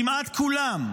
כמעט כולם,